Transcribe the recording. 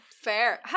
Fair